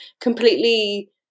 completely